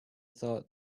thought